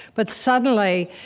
but suddenly,